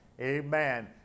Amen